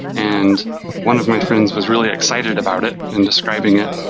and one of my friends was really excited about it in describing it.